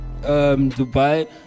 Dubai